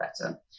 better